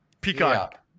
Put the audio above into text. Peacock